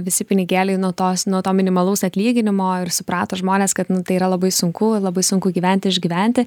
visi pinigėliai nuo tos nuo to minimalaus atlyginimo ir suprato žmonės kad tai yra labai sunku labai sunku gyventi išgyventi